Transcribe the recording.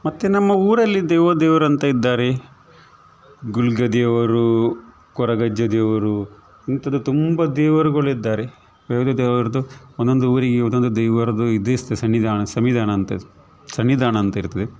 ಮತ್ತೆ ನಮ್ಮ ಊರಲ್ಲಿ ದೈವ ದೇವರು ಅಂತ ಇದ್ದಾರೆ ಗುಳ್ಗ ದೇವರು ಕೊರಗಜ್ಜ ದೇವರು ಇಂಥದು ತುಂಬ ದೇವರುಗಳು ಇದ್ದಾರೆ ಯಾವುದು ದೇವರದು ಒಂದೊಂದು ಊರಿಗೆ ಒಂದೊಂದು ದೇವರದು ಇದು ಸನ್ನಿಧಾನ ಸಂವಿಧಾನ ಅಂತ ಸನ್ನಿಧಾನ ಅಂತಿರ್ತದೆ